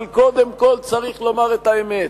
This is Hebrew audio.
אבל קודם כול צריך לומר את האמת: